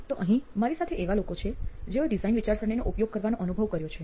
તો અહીં મારી સાથે એવા લોકો છે જેઓએ ડિઝાઇન વિચારસરણીનો ઉપયોગ કરવાનો અનુભવ કર્યો છે